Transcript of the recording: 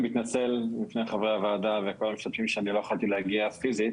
אני מתנצל בפני חברי הוועדה וכל המשתתפים על שלא יכלתי להגיע פיזית.